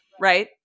right